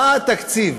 מה התקציב